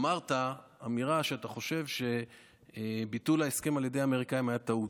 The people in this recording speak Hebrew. אמרת שאתה חושב שביטול ההסכם על ידי האמריקאים היה טעות.